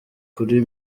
kuri